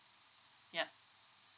ya